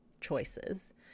choices